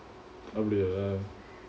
அப்பிடியே:appidiyae